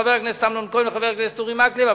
חבר הכנסת אמנון כהן וחבר הכנסת אורי מקלב,